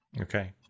Okay